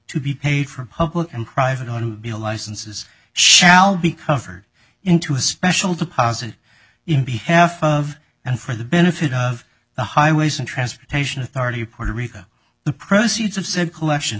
to be paid for public and private automobile licenses shall be covered into a special deposit in behalf of and for the benefit of the highways and transportation authority puerto rico the proceeds of said collection